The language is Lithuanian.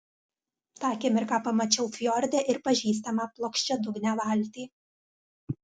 tą akimirką pamačiau fjorde ir pažįstamą plokščiadugnę valtį